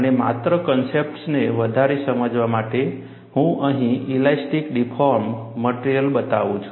અને માત્ર કન્સેપ્ટ્સને વધારે સમજવા માટે હું અહીં ઇલાસ્ટિક ડિફોર્મ્ડ મટેરીઅલ બતાવું છું